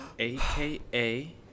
AKA